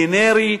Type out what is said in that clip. גנרי,